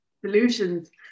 solutions